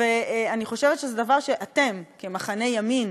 אני חושבת שזה דבר שאתם, כמחנה ימין,